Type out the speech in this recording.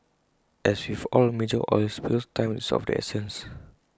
as with all major oil spills time is of the essence